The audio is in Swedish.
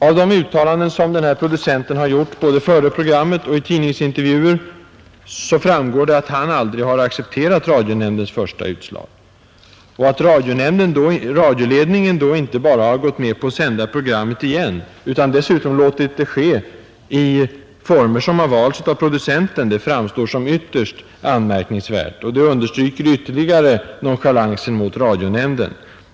Av de uttalanden som producenten har gjort både före programmet och i tidningsintervjuer framgår det att han aldrig har accepterat radionämndens första utslag. Att radioledningen då inte bara har gått med på att sända programmet igen, utan dessutom låtit det ske i former som har valts av producenten, framstår som ytterst anmärkningsvärt, och det understryker ytterligare nonchalansen mot radionämnden.